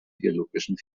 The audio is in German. biologischen